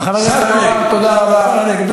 השכלה זהה, 4. הגבלת המקצועות הנלמדים.